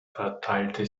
verteilte